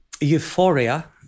euphoria